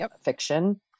fiction